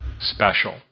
special